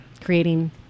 creating